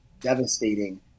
devastating